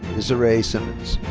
dazirae simmons.